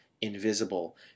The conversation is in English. invisible